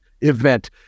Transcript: event